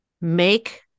make